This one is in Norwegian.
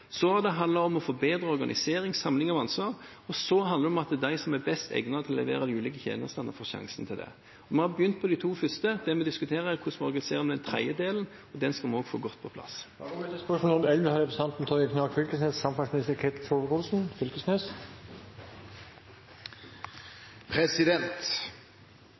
Så har det handlet om å få bedre organisering, samling av ansvar. Og det handler om at de som er best egnet til å levere de ulike tjenestene, får sjansen til det. Vi har begynt med de to første. Det vi diskuterer, er hvordan vi organiserer den tredje delen, og den skal vi også få godt på plass.